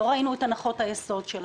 לא ראינו את הנחות היסוד שלכם.